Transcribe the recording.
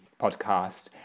podcast